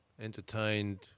Entertained